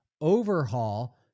overhaul